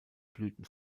blüten